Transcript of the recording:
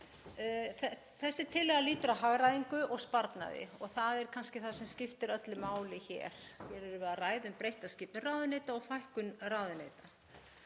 Þessi tillaga lýtur að hagræðingu og sparnaði og það er kannski það sem skiptir öllu máli hér. Við erum hér að ræða um breytta skipan ráðuneyta og fækkun ráðuneyta.